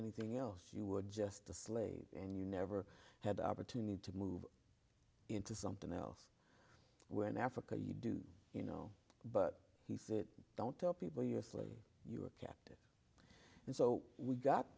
anything else you were just a slave and you never had the opportunity to move into something else where in africa you do you know but he said don't tell people your story you're a captive and so we got